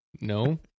No